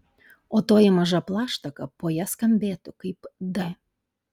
o toji maža plaštaka po ja skambėtų kaip d